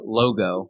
logo